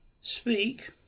Speak